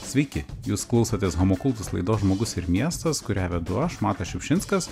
sveiki jūs klausotės homo kultus laidos žmogus ir miestas kurią vedu aš matas šiupšinskas